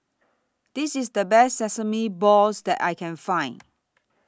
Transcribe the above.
This IS The Best Sesame Balls that I Can Find